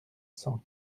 cent